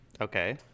Okay